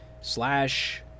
slash